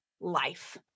life